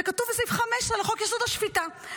זה כתוב בסעיף 15 לחוק-יסוד: השפיטה.